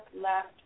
left